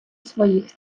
своїх